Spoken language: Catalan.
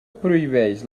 prohibeix